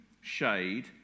shade